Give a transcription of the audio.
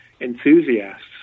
enthusiasts